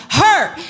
hurt